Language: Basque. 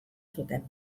zuten